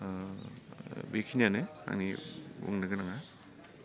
बेखिनियानो आंनि बुंनो गोनाङा